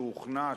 שהוכנה,